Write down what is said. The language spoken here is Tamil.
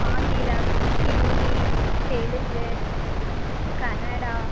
ஆங்கிலம் ஹிந்தி தெலுங்கு கன்னடா